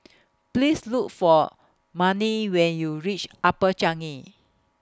Please Look For Mannie when YOU REACH Upper Changi